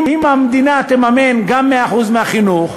אם המדינה תממן גם 100% החינוך,